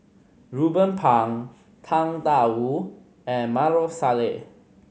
Ruben Pang Tang Da Wu and Maarof Salleh